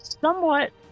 somewhat